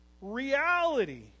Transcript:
reality